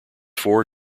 four